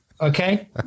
okay